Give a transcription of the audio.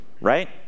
right